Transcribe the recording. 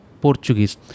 Portuguese